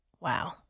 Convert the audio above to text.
Wow